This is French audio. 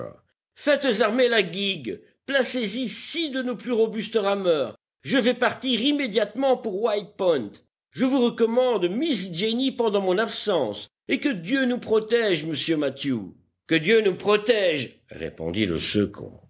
faites armer la guigue placez y six de nos plus robustes rameurs je vais partir immédiatement pour white point je vous recommande miss jenny pendant mon absence et que dieu nous protège monsieur mathew que dieu nous protège répondit le second